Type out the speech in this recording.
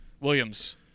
Williams